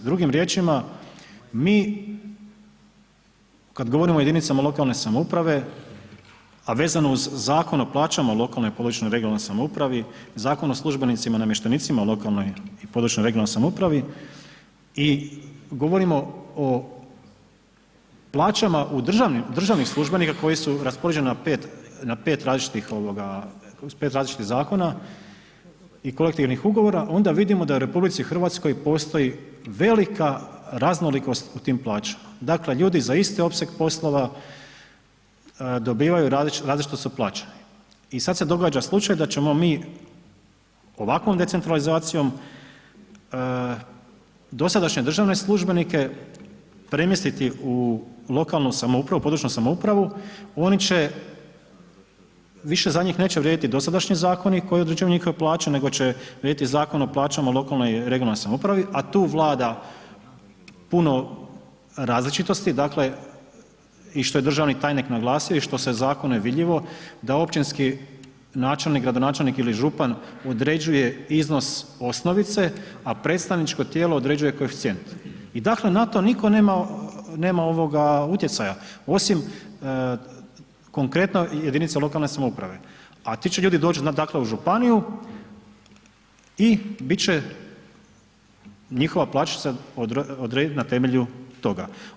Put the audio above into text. Drugim riječima, mi kad govorimo o jedinicama lokalne samouprave a vezano uz Zakon plaćama u lokalnoj i (područnoj) regionalnoj samoupravi, Zakon o službenicima i namještenicima u lokalnoj i (područnoj) regionalnoj samoupravi i govorimo o plaćama u državnim, državnih službenika koji su raspoređeni na 5, na 5 različitih, 5 različitih zakona i kolektivnih ugovara, onda vidimo da u RH postoji velika raznolikost u tim plaćama, dakle, ljudi za iste opseg poslova dobivaju, različito, različito su plaćeni i sad se događa slučaj da ćemo mi ovakvom decentralizacijom dosadašnje državne službenike premjestiti u lokalnu samoupravu, područnu samoupravu, oni će, više za njih neće vrijediti dosadašnji zakoni koji određuju njihove plaće, nego će vrijediti Zakon o plaćama o lokalnoj i regionalnoj samoupravi, a tu vlada puno različitosti, dakle, i što je državni tajnik naglasio i što se, u zakonu je vidljivo da općinski načelnik, gradonačelnik ili župan određuje iznos osnovice, a predstavničko tijelo određuje koeficijent i dakle, na to nitko nema, nema utjecaja, osim konkretno jedinice lokalne samouprave, a ti će ljudi doć, dakle, u županiju i bit će, njihova plaća će se odredit na temelju toga.